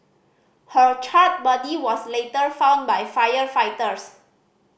her charred body was later found by firefighters